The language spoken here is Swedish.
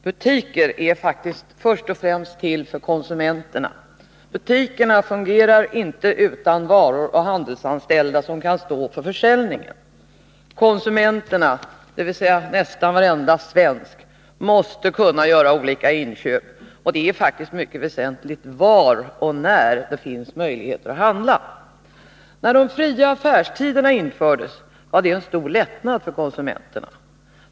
Herr talman! Butiker är faktiskt först och främst till för konsumenterna. Butikerna fungerar inte utan varor och handelsanställda som kan stå för försäljningen. Konsumenterna, dvs. nästan varenda svensk, måste kunna göra olika inköp, och det är faktiskt mycket väsentligt var och när det finns möjligheter att handla. När de fria affärstiderna infördes var det en stor lättnad för konsumenterna.